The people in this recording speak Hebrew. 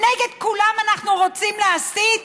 נגד כולם אנחנו רוצים להסית?